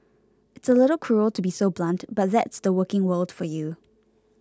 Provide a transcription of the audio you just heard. it's a little cruel to be so blunt but that's the working world for you